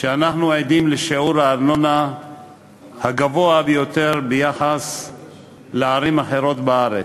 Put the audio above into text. שבה אנחנו עדים לשיעור הארנונה הגבוה ביותר ביחס לערים אחרות בארץ.